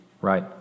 right